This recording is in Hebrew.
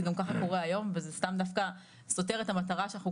זה גם ככה קורה היום וזה סתם דווקא סותר את המטרה שאנחנו